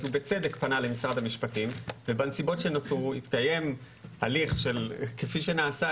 אז הוא בצדק פנה למשרד המשפטים ובנסיבות שנוצרו התקיים הליך כפי שנעשה,